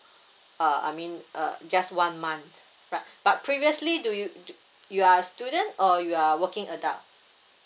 uh I mean uh just one month but but previously do you you are student or you are working adult